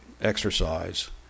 exercise